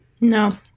No